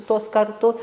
tuos kartu